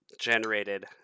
generated